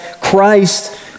Christ